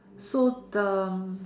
so the